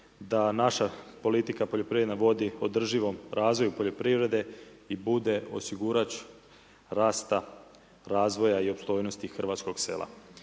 da naša politika poljoprivredna vodi održivom razvoju poljoprivrede i bude osigurač rasta razvoja i opstojnosti hrvatskog sela.